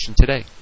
today